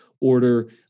order